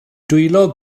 dwylo